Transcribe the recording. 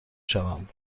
شوم